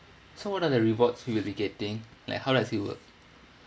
so what are the rewards we will be getting like how does it work